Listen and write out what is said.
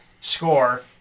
score